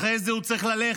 אחרי זה הוא צריך ללכת.